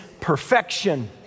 perfection